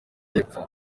y’epfo